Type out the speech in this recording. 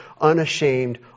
unashamed